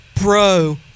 Bro